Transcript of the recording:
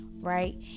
Right